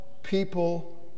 People